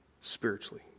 spiritually